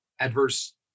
adverse